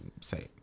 say